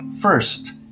first